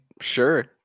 sure